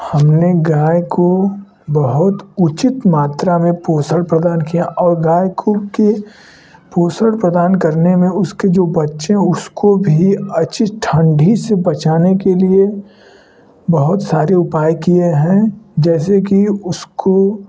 हमने गाय को बहुत उचित मात्रा में पोषण प्रदान किया और गाय ख़ूब के पोषण प्रदान करने में उसके जो बच्चे उसको भी अच्छी ठंडी से बचाने के लिए बहुत सारे उपाय किए हैं जैसे कि उसको